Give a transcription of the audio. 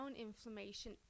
inflammation